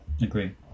Agree